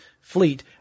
fleet